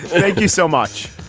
thank you so much.